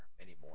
anymore